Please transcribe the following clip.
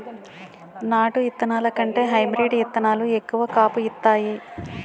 నాటు ఇత్తనాల కంటే హైబ్రీడ్ ఇత్తనాలు ఎక్కువ కాపు ఇత్తాయి